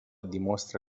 dimostra